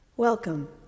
Welcome